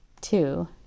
Two